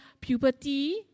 puberty